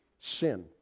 Sin